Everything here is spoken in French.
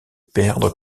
perdre